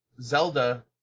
Zelda